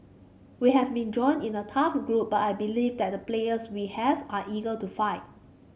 we have been drawn in a tough group but I believe that the players we have are eager to fight